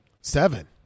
Seven